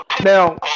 Now